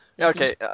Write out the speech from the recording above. Okay